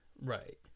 Right